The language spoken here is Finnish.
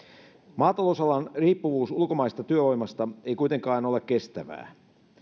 maatalousalan riippuvuus ulkomaisesta työvoimasta ei kuitenkaan ole kestävää